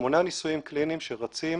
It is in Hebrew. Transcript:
שמונה ניסויים קליניים שרצים